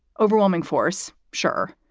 overwhelming force, sure,